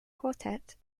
quartet